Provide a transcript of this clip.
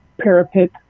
parapet